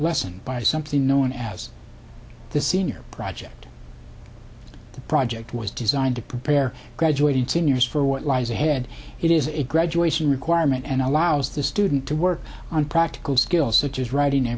lessened by something known as the senior project the project was designed to prepare graduating seniors for what lies ahead it is a graduation requirement and allows the student to work on practical skills such as writing